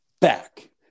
back